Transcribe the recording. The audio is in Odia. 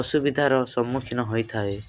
ଅସୁବିଧାର ସମ୍ମୁଖୀନ ହୋଇଥାଏ